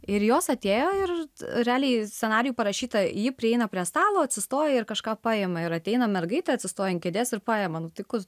ir jos atėjo ir realiai scenarijų parašyta ji prieina prie stalo atsistoja ir kažką paima ir ateina mergaitė atsistoja ant kėdės ir paima nu tai kas